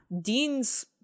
Dean's